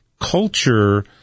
culture